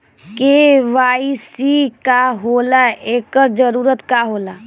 KYC का होला एकर जरूरत का होला?